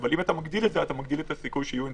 אם אתה מגדיל את זה אתה מגדיל את הסיכוי שיהיו אינטראקציות,